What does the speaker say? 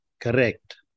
Correct